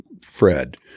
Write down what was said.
Fred